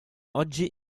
oggi